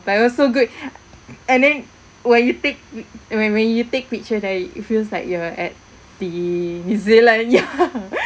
but it was so good and then when you take p~ when when you take picture there it feels like you are at the new zealand ya